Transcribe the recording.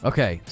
Okay